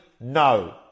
no